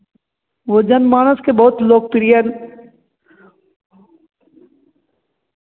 वह जनमानस के बहुत लोकप्रिय